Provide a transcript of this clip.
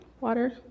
water